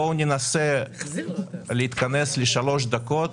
בואו ננסה להתכנס לשלוש דקות